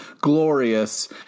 glorious